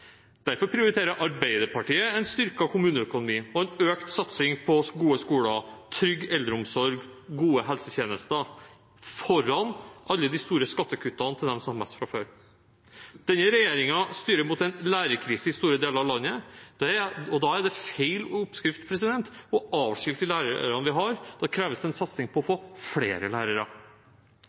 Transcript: Derfor prioriterer Arbeiderpartiet en styrket kommuneøkonomi og en økt satsing på gode skoler, trygg eldreomsorg og gode helsetjenester, foran alle de store skattekuttene til dem som har mest fra før. Denne regjeringen styrer mot en lærerkrise i store deler av landet. Da er det feil oppskrift å avskilte de lærerne vi har. Da kreves det en satsing på å få flere lærere.